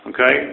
Okay